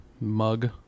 mug